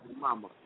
mama